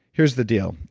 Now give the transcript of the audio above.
here's the deal.